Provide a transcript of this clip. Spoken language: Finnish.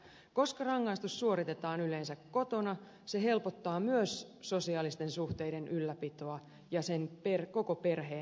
koska rangaistus suoritetaan yleensä kotona se helpottaa myös sosiaalisten suhteiden ylläpitoa ja sen koko perheen elämää